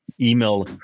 email